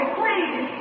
please